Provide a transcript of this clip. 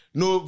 no